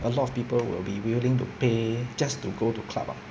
a lot of people will be willing to pay just to go to club ah